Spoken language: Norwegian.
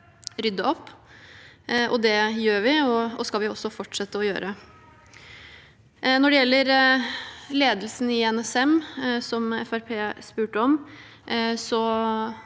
rydde opp, og det gjør vi og skal vi også fortsette å gjøre. Når det gjelder ledelsen i NSM, som Fremskrittspartiet